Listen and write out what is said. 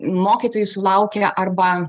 mokytojai sulaukia arba